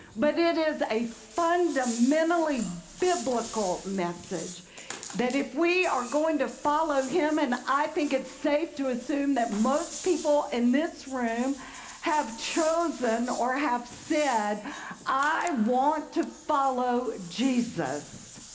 but it is a fundamentally biblical message that if we are going to follow him and i think it's safe to assume that most people in this room have chosen or have said i want to follow jesus.